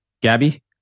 Gabby